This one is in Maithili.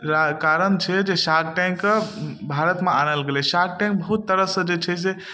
कारण छै जे शार्क टैंकके भारतमे आनल गेलय शार्क टैंक बहुत तरहसँ जे छै से